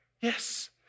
Yes